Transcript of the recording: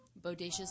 Bodacious